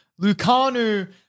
Lucanu